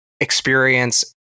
experience